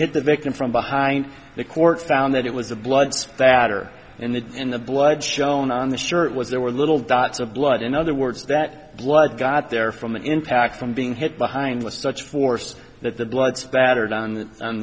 had the victim from behind the court found that it was a blood spatter and that in the blood shown on the shirt was there were little dots of blood in other words that blood got there from impact from being hit behind with such force that the blood spattered on